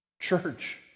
Church